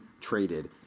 traded